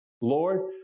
Lord